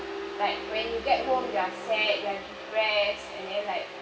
like when you get home you are sad you are depressed and then like